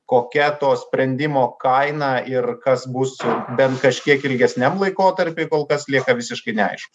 kokia to sprendimo kaina ir kas bus bent kažkiek ilgesniam laikotarpy kol kas lieka visiškai neaišku